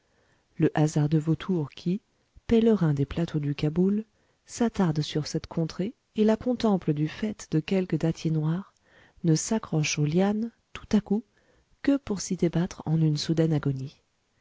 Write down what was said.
le hasardeux vautour qui pèlerin des plateaux du caboul s'attarde sur cette contrée et la contemple du faîte de quelque dattier noir ne s'accroche aux lianes tout à coup que pour s'y débattre en une soudaine agonie